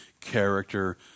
character